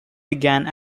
began